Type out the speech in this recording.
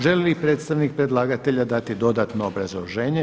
Želi li predstavnik predlagatelja dati dodatno obrazloženje?